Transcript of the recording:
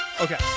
okay